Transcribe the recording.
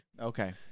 okay